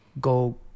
go